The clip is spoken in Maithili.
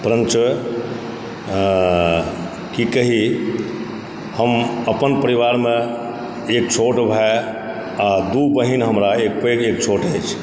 परंच की कही हम अपन परिवारमे एक छोट भाय आ दू बहिन हमरा एक पैघ एक छोट अछि